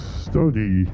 study